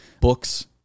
Books